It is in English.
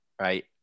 right